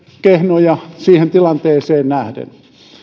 kehnoja siihen tilanteeseen nähden